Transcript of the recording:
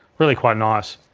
really quite nice,